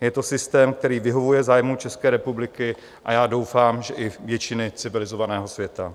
Je to systém, který vyhovuje zájmům České republiky, a já doufám, že i většiny civilizovaného světa.